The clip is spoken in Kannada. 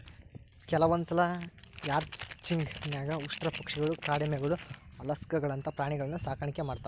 ಕೆಲವಂದ್ಸಲ ರ್ಯಾಂಚಿಂಗ್ ನ್ಯಾಗ ಉಷ್ಟ್ರಪಕ್ಷಿಗಳು, ಕಾಡೆಮ್ಮಿಗಳು, ಅಲ್ಕಾಸ್ಗಳಂತ ಪ್ರಾಣಿಗಳನ್ನೂ ಸಾಕಾಣಿಕೆ ಮಾಡ್ತಾರ